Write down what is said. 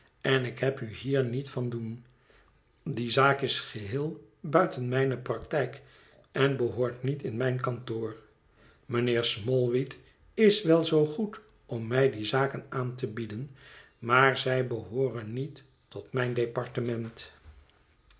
en ik heb u hier niet van doen die zaak is geheel buiten mijne praktijk en behoort niet in mijn kantoor mijnheer smallweed is wel zoo goed om mij die zaken aan te bieden maar zij behooren niet tot mijn departement